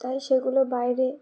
তাই সেগুলো বাইরে